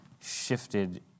shifted